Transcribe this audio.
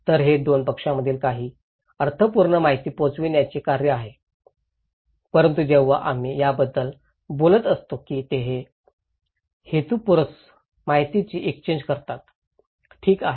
तर हे दोन पक्षांमधील काही अर्थपूर्ण माहिती पोहोचविण्याचे कार्य आहे परंतु जेव्हा आम्ही याबद्दल बोलत असतो की ते हेतुपुरस्सर माहितीची एक्सचेन्ज करतात ठीक आहे